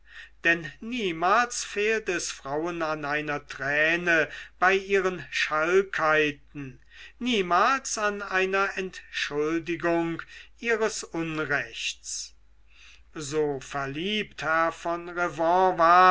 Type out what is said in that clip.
denn niemals fehlt es frauen an einer träne bei ihren schalkheiten niemals an einer entschuldigung ihres unrechts so verliebt herr von